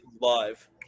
live